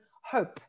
hope